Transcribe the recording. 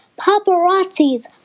Paparazzi's